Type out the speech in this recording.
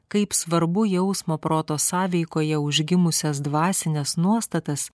kaip svarbu jausmo proto sąveikoje užgimusias dvasines nuostatas